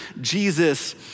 Jesus